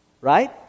Right